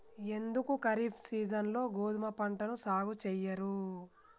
ఎందుకు ఖరీఫ్ సీజన్లో గోధుమ పంటను సాగు చెయ్యరు?